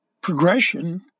progression